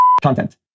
content